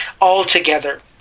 altogether